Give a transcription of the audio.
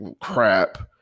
crap